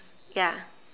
ya